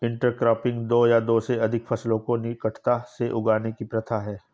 intercropping दो या दो से अधिक फसलों को निकटता में उगाने की प्रथा है